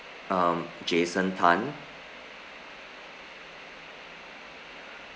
um jason tan